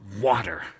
water